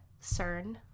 CERN